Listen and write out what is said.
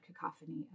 cacophony